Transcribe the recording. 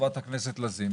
חברת הכנסת לזימי,